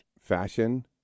fashion